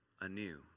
anew